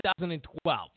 2012